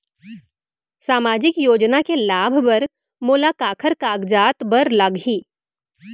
सामाजिक योजना के लाभ बर मोला काखर कागजात बर लागही?